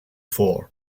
vor